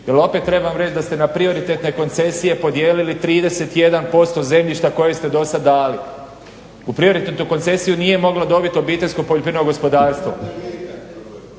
jer opet trebam reći da ste na prioritetne koncesije podijelili 31% zemljišta kojeg ste do sad dali. U prioritetnu koncesiju nije moglo dobiti obiteljskog poljoprivredno gospodarstvo.